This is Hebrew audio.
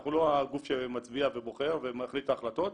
אנחנו לא הגוף שמצביע ובוחר ומחליט את ההחלטות.